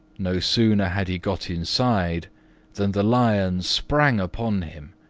no sooner had he got inside than the lion sprang upon him,